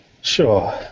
sure